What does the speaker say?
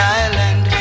island